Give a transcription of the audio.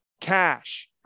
cash